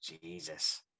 Jesus